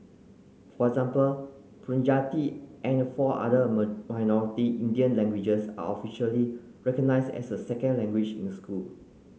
for example Punjabi and four other minority Indian languages are officially recognised as a second language in school